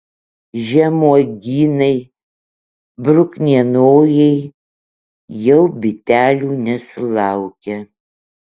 žemuogynai bruknienojai jau bitelių nesulaukia